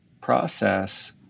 process